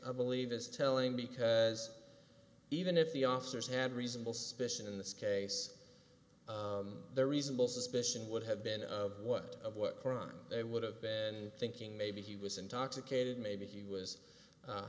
i believe is telling because even if the officers had reasonable suspicion in this case the reasonable suspicion would have been of what of what crime they would have been thinking maybe he was intoxicated maybe he was